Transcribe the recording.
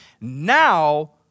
now